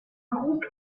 groupe